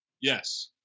Yes